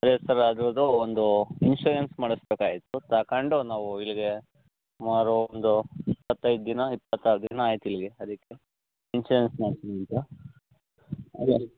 ಅದೇ ಸರ್ ಅದರುದ್ದು ಒಂದು ಇನ್ಸೂರೆನ್ಸ್ ಮಾಡಿಸ್ಬೇಕಾಗಿತ್ತು ತಗೊಂಡು ನಾವು ಇಲ್ಲಿಗೆ ಸುಮಾರು ಒಂದು ಇಪ್ಪತೈದು ದಿನ ಇಪ್ಪತ್ತಾರು ದಿನ ಆಯ್ತು ಇಲ್ಲಿಗೆ ಅದಕ್ಕೆ ಇನ್ಸೂರೆನ್ಸ್ ಮಾಡಿಸೋಣ ಅಂತ